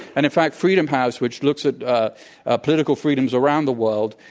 and, in fact, freedom house, which looks at ah ah political freedoms around the world,